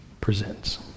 presents